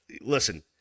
listen